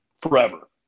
forever